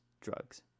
drugs